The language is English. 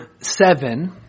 seven